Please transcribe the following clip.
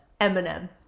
Eminem